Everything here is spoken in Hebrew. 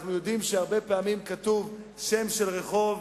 אנחנו יודעים שהרבה פעמים כתוב שם של רחוב,